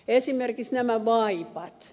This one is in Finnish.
esimerkiksi nämä vaipat